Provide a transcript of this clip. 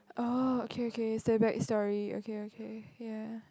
oh okay okay stay back sorry okay okay ya